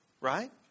right